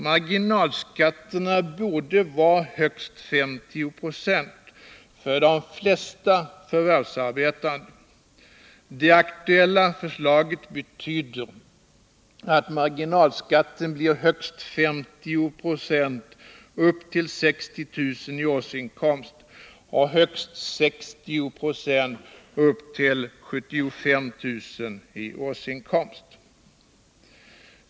Marginalskatterna borde vara högst 50 96 för de flesta förvärvsarbetande. Det aktuella förslaget betyder att marginalskatten blir högst 50 96 upp till 60 000 kr. i årsinkomst och högst 60 22 upp till 75 000 kr. i årsinkomst.